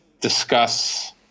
discuss